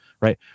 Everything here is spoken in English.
right